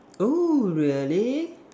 oh really